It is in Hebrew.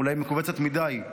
אולי מכווצת מדי,